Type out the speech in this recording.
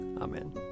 Amen